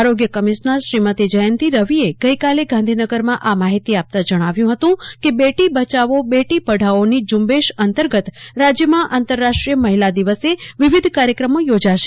આરોગ્ય કમિશનર શ્રીમતી જયંતી રવિએ ગઇકાલે ગાંધીનગરમાં આ માહિતી આપતાં જણાવ્યું હતું કે બેટી બચાવો બેટી પઢાઓની ઝૂંબેશ અંતર્ગત રાજ્યમાં આંતરરાષ્ટ્રીય મહિલા દિવસે વિવિધ કાર્યક્રમો યોજાશે